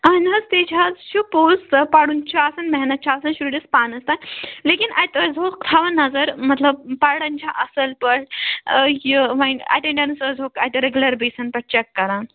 آہَن حظ تہِ حظ چھُ پوٚز سُہ پَرُن چھُ آسان محنَت چھِ آسان شُرِس پانَس تام لیکِن اَتہِ ٲسۍزِہوکھ تھوان نَظر مَطلَب پَرن چھا اَصٕل پٲٹھۍ یہِ وۅنۍ ایٹیٚنٛڈٮ۪نٕس ٲسۍزِہوکھ اَتہِ ریگیٛوٗلَر بیسَن پیٚٹھ چیک کَران